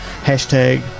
hashtag